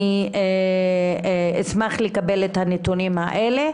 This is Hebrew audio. אני אשמח לקבל את הנתונים האלה.